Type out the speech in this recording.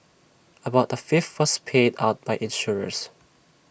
about A fifth was paid out by insurers